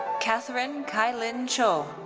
cathaerine kai-lin chou.